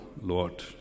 Lord